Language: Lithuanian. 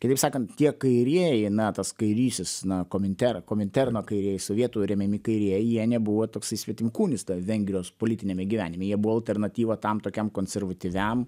kitaip sakant tie kairieji na tas kairysis na kominter kominterno kairieji sovietų remiami kairieji jie nebuvo toksai svetimkūnis vengrijos politiniame gyvenime jie buvo alternatyva tam tokiam konservatyviam